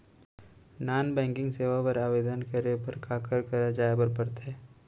non banking सेवाएं बर आवेदन करे बर काखर करा जाए बर परथे